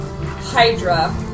Hydra